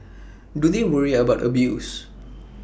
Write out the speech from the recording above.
do they worry about abuse